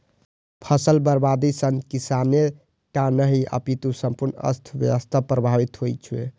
फसल बर्बादी सं किसाने टा नहि, अपितु संपूर्ण अर्थव्यवस्था प्रभावित होइ छै